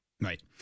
Right